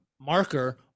marker